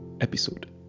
episode